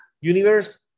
Universe